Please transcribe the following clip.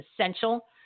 essential